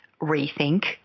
rethink